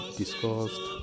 discussed